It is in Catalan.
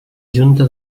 junta